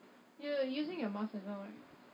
you're using your mask as well right